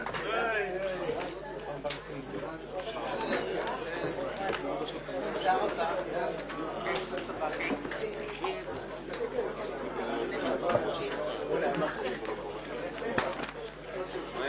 11:00.